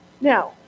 Now